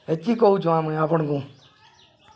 ଏକ କହୁଛୁ ଆମେ ଆପଣଙ୍କୁ